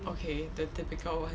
okay the typical [one]